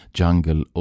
jungle